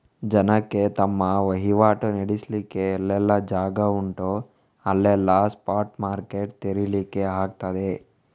ಜನಕ್ಕೆ ತಮ್ಮ ವೈವಾಟು ನಡೆಸ್ಲಿಕ್ಕೆ ಎಲ್ಲೆಲ್ಲ ಜಾಗ ಉಂಟೋ ಅಲ್ಲೆಲ್ಲ ಸ್ಪಾಟ್ ಮಾರ್ಕೆಟ್ ತೆರೀಲಿಕ್ಕೆ ಆಗ್ತದೆ